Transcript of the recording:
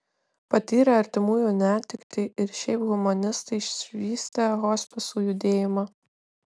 patyrę artimųjų netektį ir šiaip humanistai išvystė hospisų judėjimą